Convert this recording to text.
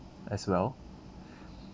as well